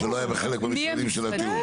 שלא היה חלק במשרדים של התיאום.